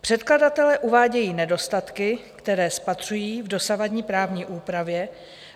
Předkladatelé uvádějí nedostatky, které spatřují v dosavadní právní úpravě,